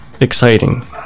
exciting